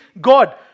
God